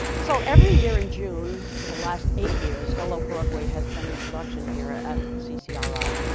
so, every year in june, for the last eight years, hello broadway has been in production here at ccri.